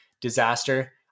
disaster